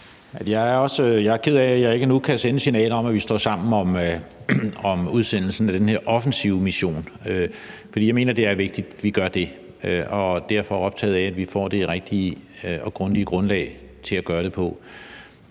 jeg er ked af, at jeg ikke nu kan sende et signal om, at vi står sammen om udsendelsen af den her offensive mission, for jeg mener, det er vigtigt, at vi gør det. Og jeg er derfor optaget af, at vi får det rigtige og grundige grundlag at gøre det på.